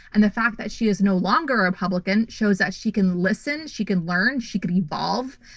and the fact that she is no longer a republican shows that she can listen, she can learn, she could evolve,